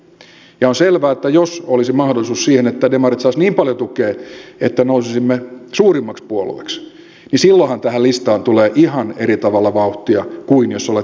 ja on selvää että jos olisi mahdollisuus siihen että demarit saisivat niin paljon tukea että nousisimme suurimmaksi puolueeksi niin silloinhan tähän listaan tulee ihan eri tavalla vauhtia kuin jos olet kakkospuolue